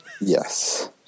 Yes